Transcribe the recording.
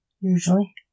usually